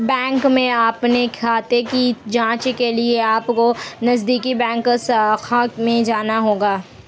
bank में अपने खाते की जांच के लिए अपको नजदीकी बैंक शाखा में जाना होगा